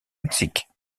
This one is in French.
mexique